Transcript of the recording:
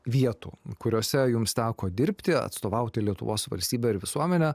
vietų kuriose jums teko dirbti atstovauti lietuvos valstybę ir visuomenę